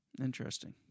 Interesting